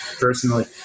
personally